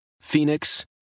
Phoenix